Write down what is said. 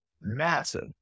massive